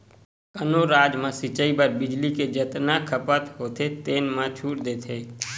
कोनो राज म सिचई बर बिजली के जतना खपत होथे तेन म छूट देथे